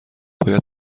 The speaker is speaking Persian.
باید